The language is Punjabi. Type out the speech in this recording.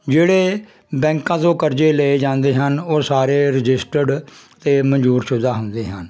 ਜਿਹੜੇ ਬੈਂਕਾਂ ਤੋਂ ਕਰਜ਼ੇ ਲਏ ਜਾਂਦੇ ਹਨ ਉਹ ਸਾਰੇ ਰਜਿਸਟਰਡ ਅਤੇ ਮਨਜ਼ੂਰ ਸ਼ੁੁਦਾ ਹੁੰਦੇ ਹਨ